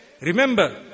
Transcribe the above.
remember